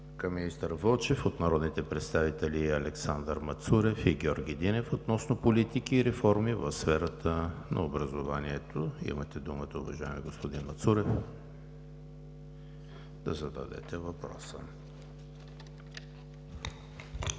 към министър Вълчев е от народните представители Александър Мацурев и Георги Динев относно политики и реформи в сферата на образованието. Имате думата, уважаеми господин Мацурев, да зададете въпроса.